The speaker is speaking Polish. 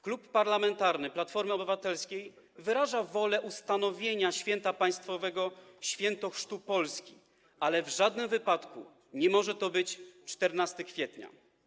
Klub Parlamentarny Platforma Obywatelska wyraża wolę ustanowienia święta państwowego Święto Chrztu Polski, ale w żadnym wypadku nie może to być 14 kwietnia.